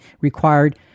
required